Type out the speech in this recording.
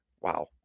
wow